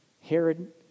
Herod